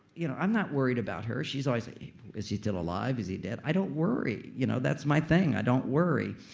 you know i'm not worried about her. she's always, is he still alive? is he dead? i don't worry. you know that's my thing. i don't worry.